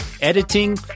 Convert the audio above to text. editing